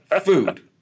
Food